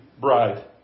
bride